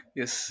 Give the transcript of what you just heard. yes